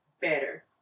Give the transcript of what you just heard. better